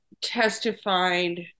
testified